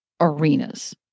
arenas